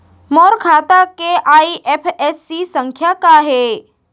मोर खाता के आई.एफ.एस.सी संख्या का हे?